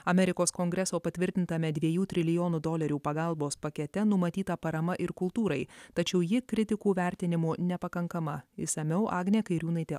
amerikos kongreso patvirtintame dviejų trilijonų dolerių pagalbos pakete numatyta parama ir kultūrai tačiau ji kritikų vertinimu nepakankama išsamiau agnė kairiūnaitė